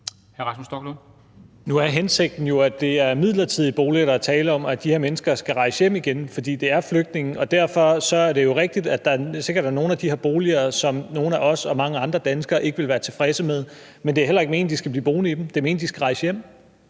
Nu er hensigten jo, at det er midlertidige boliger, da der er tale om, og at de her mennesker skal rejse hjem igen, fordi det er flygtninge. Og derfor er det jo rigtigt, at der sikkert er nogle af de her boliger, som nogle af os og mange andre danskere ikke ville være tilfredse med, men det er heller ikke meningen, at de skal blive boende i dem; det er meningen, at de skal rejse hjem.